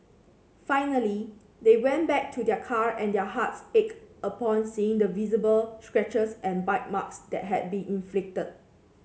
finally they went back to their car and their hearts ached upon seeing the visible scratches and bite marks that had been inflicted